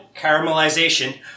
caramelization-